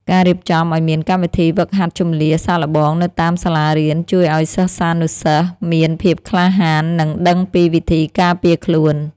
ការរៀបចំឱ្យមានកម្មវិធីហ្វឹកហាត់ជម្លៀសសាកល្បងនៅតាមសាលារៀនជួយឱ្យសិស្សានុសិស្សមានភាពក្លាហាន និងដឹងពីវិធីការពារខ្លួន។